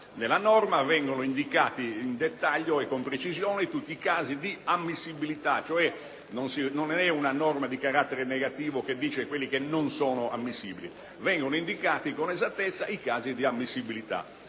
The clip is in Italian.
Nella norma vengono indicati in dettaglio e con precisione tutti i casi di ammissibilità, non è cioè una norma di carattere negativo che dice quali ricorsi non sono ammissibili, ma vengono indicati con esattezza i casi di ammissibilità.